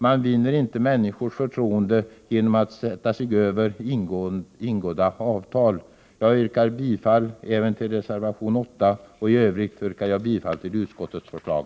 Man vinner inte människors förtroende genom att sätta sig över ingångna avtal. Jag yrkar bifall även till reservation 8. I övrigt yrkar jag bifall till utskottets förslag.